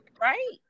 Right